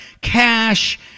cash